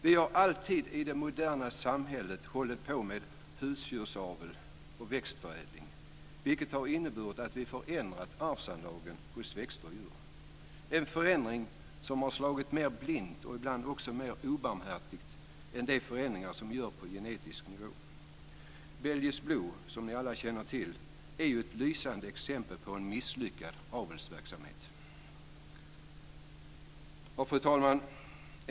Vi har alltid i det moderna samhället hållit på med husdjursavel och växtförädling, vilket har inneburit att vi förändrat arvsanlagen hos växter och djur - en förändring som har slagit mer blint och ibland också mer obarmhärtigt än de förändringar som görs på genetisk nivå. Belgisk blå, som vi alla känner till, är ett lysande exempel på en misslyckad avelsverksamhet. Fru talman!